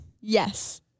Yes